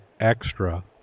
extra